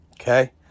okay